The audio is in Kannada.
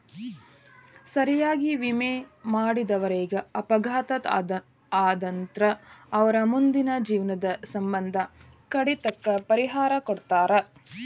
ಸರಿಯಾಗಿ ವಿಮೆ ಮಾಡಿದವರೇಗ ಅಪಘಾತ ಆತಂದ್ರ ಅವರ್ ಮುಂದಿನ ಜೇವ್ನದ್ ಸಮ್ಮಂದ ಕಡಿತಕ್ಕ ಪರಿಹಾರಾ ಕೊಡ್ತಾರ್